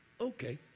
Okay